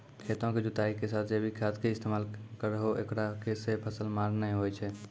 खेतों के जुताई के साथ जैविक खाद के इस्तेमाल करहो ऐकरा से फसल मार नैय होय छै?